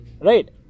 right